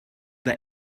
der